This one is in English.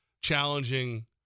challenging